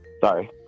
Sorry